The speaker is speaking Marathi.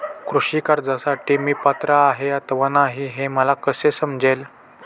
कृषी कर्जासाठी मी पात्र आहे अथवा नाही, हे मला कसे समजेल?